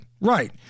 right